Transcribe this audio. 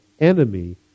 enemy